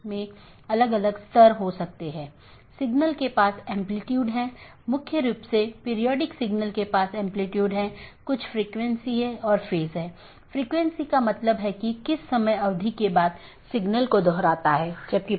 यह एक चिन्हित राउटर हैं जो ऑटॉनमस सिस्टमों की पूरी जानकारी रखते हैं और इसका मतलब यह नहीं है कि इस क्षेत्र का सारा ट्रैफिक इस क्षेत्र बॉर्डर राउटर से गुजरना चाहिए लेकिन इसका मतलब है कि इसके पास संपूर्ण ऑटॉनमस सिस्टमों के बारे में जानकारी है